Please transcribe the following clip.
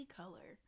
color